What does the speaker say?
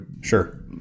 Sure